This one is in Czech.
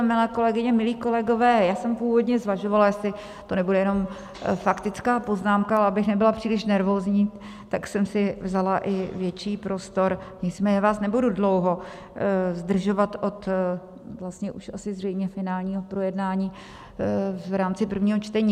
Milé kolegyně, milí kolegové, já jsem původně zvažovala, jestli to nebude jenom faktická poznámka, ale abych nebyla příliš nervózní, tak jsem si vzala i větší prostor, nicméně vás nebudu dlouho zdržovat asi už od zřejmě finálního projednání v rámci prvního čtení.